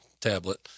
tablet